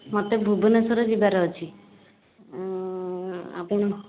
ମୋତେ ଭୁବନେଶ୍ଵର ଯିବାର ଅଛି ଆପଣ